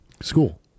school